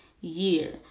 year